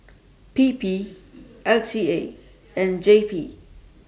P P L T A and J P